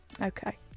Okay